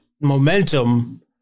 momentum